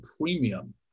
premium